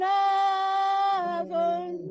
heaven